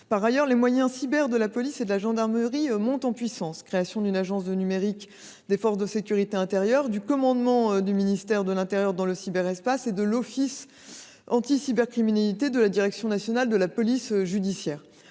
Par ailleurs, les moyens cyber de la police et de la gendarmerie montent en puissance : en témoigne la création d’une agence du numérique des forces de sécurité intérieure, du commandement du ministère de l’intérieur dans le cyberespace, ainsi que de l’office anti cybercriminalité de la direction nationale de la police judiciaire.